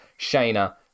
Shayna